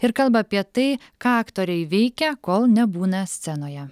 ir kalba apie tai ką aktoriai veikia kol nebūna scenoje